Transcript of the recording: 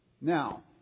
Now